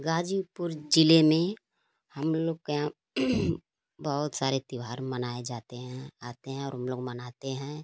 गाज़ीपुर ज़िले में हम लोग के यहाँ बहुत सारे त्यौहार मनाए जाते हैं आते हैं और हम लोग मनाते हैं